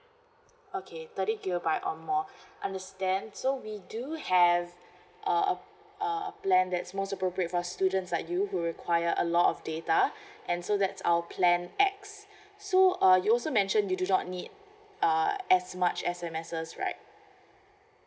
okay thirty gigabyte or more understand so we do have a a a plan that's most appropriate for students like you who require a lot of data and so that's our plan X so uh you also mentioned you do not need uh as much as S_M_Ses right